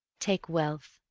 take wealth,